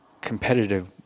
competitive